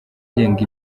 agenga